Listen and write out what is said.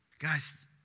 Guys